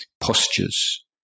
postures